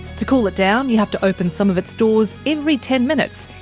to cool it down, you have to open some of its doors every ten minutes,